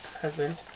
Husband